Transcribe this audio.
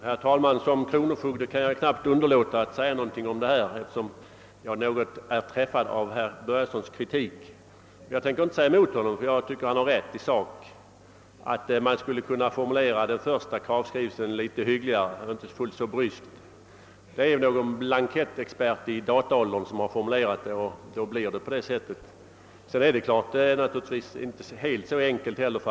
Herr talman! Jag kan knappast underlåta att säga någonting om denna fråga, eftersom jag såsom kronofogde träffas av herr Börjessons i Falköping kritik. Jag tänker inte argumentera mot honom, ty jag tycker att han har rätt i sin uppfattning att den första kravskrivelsen bör kunna formuleras litet hyggligare och inte så bryskt som nu. Det är någon blankettexpert i dataåldern som har formulerat den, och då blir den sådan som den nu har blivit. Frågan är naturligtvis inte heller så enkel som den kan synas.